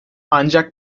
ancak